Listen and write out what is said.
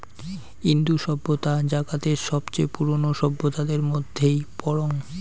ইন্দু সভ্যতা জাগাতের সবচেয়ে পুরোনো সভ্যতাদের মধ্যেই পরাং